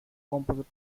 composite